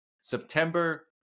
September